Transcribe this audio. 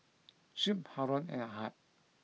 Shuib Haron and Ahad